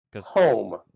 Home